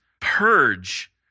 purge